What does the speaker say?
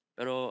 Pero